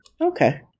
Okay